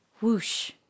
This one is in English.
Whoosh